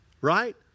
Right